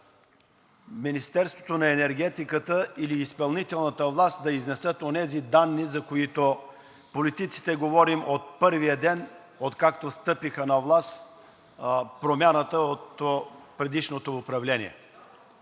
Министерството на енергетиката или изпълнителната власт да изнесат онези данни, за които политиците говорим от първия ден, откакто стъпиха на власт Промяната от предишното управление.